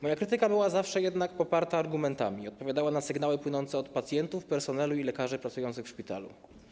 Moja krytyka była zawsze poparta argumentami, odpowiadała na sygnały płynące od pacjentów, personelu i lekarzy pracujących w szpitalu.